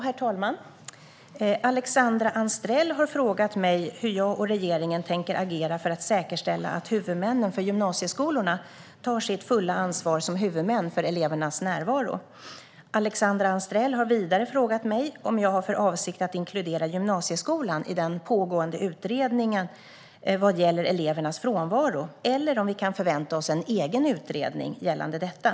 Herr talman! Alexandra Anstrell har frågat mig om hur jag och regeringen tänker agera för att säkerställa att huvudmännen för gymnasieskolorna tar sitt fulla ansvar som huvudmän för elevers närvaro. Alexandra Anstrell har vidare frågat mig om jag har för avsikt att inkludera gymnasieskolan i den pågående utredningen vad gäller elevers frånvaro, eller om vi kan förvänta oss en egen utredning gällande detta.